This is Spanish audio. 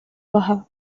baja